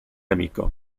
amico